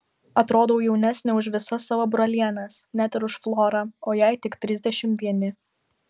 atrodau jaunesnė už visas savo brolienes net ir už florą o jai tik trisdešimt vieni